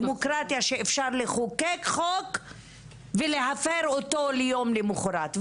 דמוקרטיה שאפשר לחוקק חוק ולהפר אותו יום למחרת.